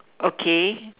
okay